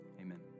amen